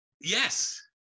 Yes